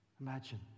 Imagine